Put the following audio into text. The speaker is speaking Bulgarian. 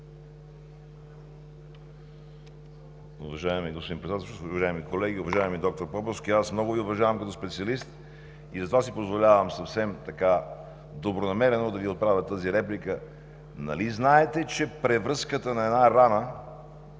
Уважаеми господин Председателстващ, уважаеми колеги! Уважаеми доктор Поповски, аз много Ви уважавам като специалист и затова си позволявам съвсем добронамерено да Ви отправя тази реплика. Нали знаете, че превръзката на една рана